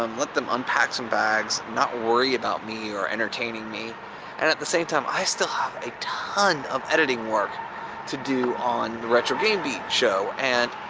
um let them unpack some bags, not worry about me or entertaining me and at the same time i still have a ton of editing work to do on the retro game beat show and